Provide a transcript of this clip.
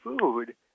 food